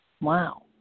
wow